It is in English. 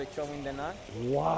Wow